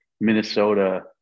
Minnesota